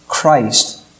Christ